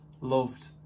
loved